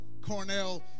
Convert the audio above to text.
Cornell